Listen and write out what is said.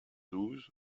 douze